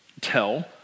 tell